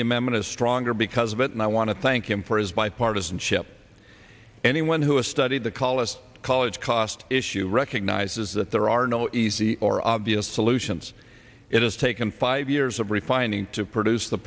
the amendment is stronger because of it and i want to thank him for his bipartisanship anyone who has studied the colace college cost issue recognizes that there are no easy or obvious solutions it is taken five years of replying to produce the